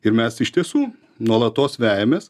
ir mes iš tiesų nuolatos vejamės